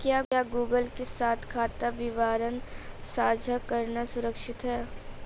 क्या गूगल के साथ खाता विवरण साझा करना सुरक्षित है?